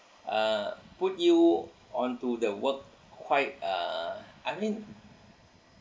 uh put you onto the work quite uh I mean